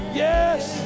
yes